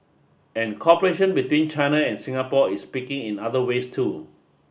and cooperation between China and Singapore is picking in other ways too